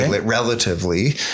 relatively